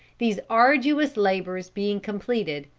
these arduous labors being completed,